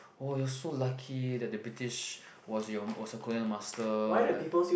oh you are so lucky that the British was your was your colonial master like